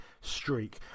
streak